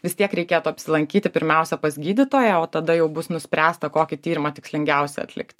vis tiek reikėtų apsilankyti pirmiausia pas gydytoją o tada jau bus nuspręsta kokį tyrimą tikslingiausia atlikti